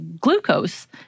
glucose